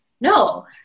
no